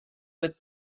with